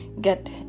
get